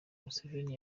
museveni